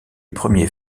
premier